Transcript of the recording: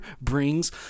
brings